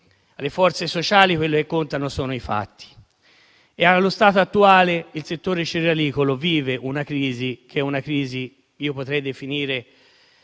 alle forze sociali, quelli che contano sono i fatti. Allo stato attuale il settore cerealicolo vive una crisi che potrei definire